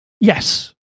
Yes